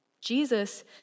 Jesus